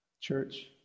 Church